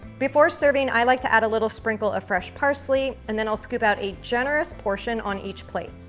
before serving, i like to add a little sprinkle of fresh parsley and then i'll scoop out a generous portion on each plate.